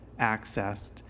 accessed